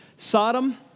Sodom